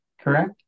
correct